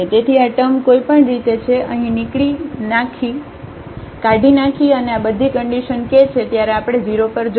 તેથી આ ટર્મ કોઈપણ રીતે છે અહીં નીકળી નાખી અને આ બધી કન્ડિશન k છે ત્યાં આપણે 0 પર જઈશું